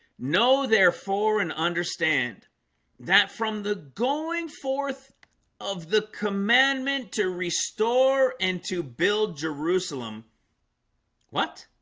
know therefore and understand that from the going forth of the commandment to restore and to build jerusalem what?